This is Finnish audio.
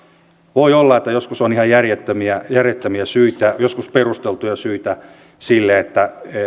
voi olla että joskus on ihan järjettömiä järjettömiä syitä joskus perusteltuja syitä sille että